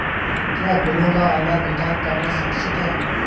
क्या बिलों का ऑनलाइन भुगतान करना सुरक्षित है?